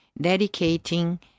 dedicating